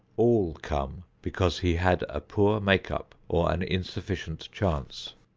all come because he had a poor make-up or an insufficient chance.